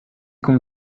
kun